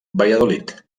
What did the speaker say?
valladolid